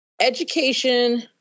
Education